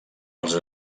als